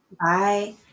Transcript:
Bye